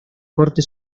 corte